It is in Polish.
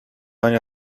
ania